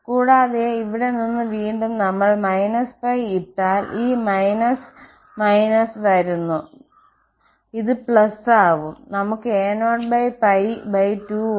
കൂടാതെ ഇവിടെ നിന്ന് വീണ്ടും നമ്മൾ −π ഇട്ടാൽ ഈ − വരുന്നു നമുക്ക് a0𝞹2 ഉണ്ട്